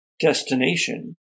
destination